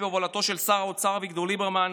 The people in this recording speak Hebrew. בהובלתו של שר האוצר אביגדור ליברמן,